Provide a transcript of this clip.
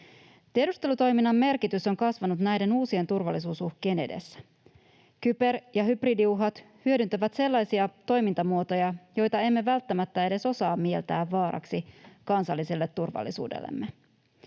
Tiedustelutoiminnan merkitys on kasvanut näiden uusien turvallisuusuhkien edessä. Kyber- ja hybridiuhat hyödyntävät sellaisia toimintamuotoja, joita emme välttämättä edes osaa mieltää vaaraksi kansalliselle turvallisuudellemme.